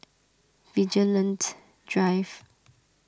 Vigilante Drive